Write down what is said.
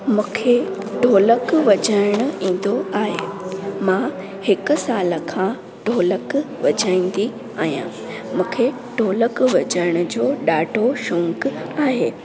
मूंखे ढोलक वॼाइण ईंदो आहे मां हिकु साल खां ढोलक वॼाईंदी आहियां मूंखे ढोलक वॼाइण जो ॾाढो शौक़ु आहे